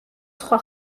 სხვა